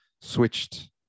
switched